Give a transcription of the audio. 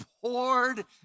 poured